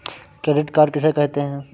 Credit card किसे कहते हैं?